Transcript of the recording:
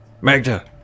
Magda